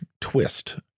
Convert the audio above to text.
twist